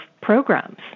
programs